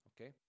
Okay